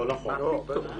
לא נכון.